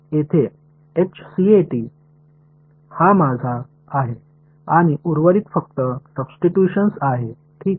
तर येथे हा माझा आहे आणि उर्वरित फक्त सब्स्टिट्यूशन्स आहे ठीक